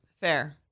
Fair